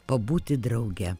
pabūti drauge